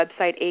website